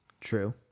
True